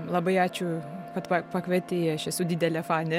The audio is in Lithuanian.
labai ačiū kad pa pakvietei aš esu didelė fanė